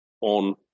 on